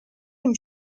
him